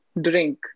drink